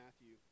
Matthew